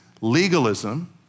legalism